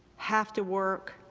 have to work,